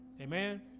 Amen